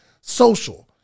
social